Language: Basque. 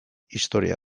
historia